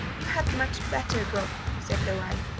you had much better go said the wife.